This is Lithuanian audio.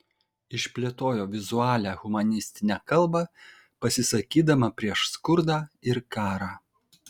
išplėtojo vizualią humanistinę kalbą pasisakydama prieš skurdą ir karą